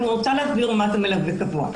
אני רוצה להסביר מה זה מלווה קבוע.